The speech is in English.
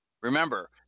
Remember